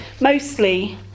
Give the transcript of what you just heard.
Mostly